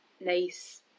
nice